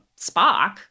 Spock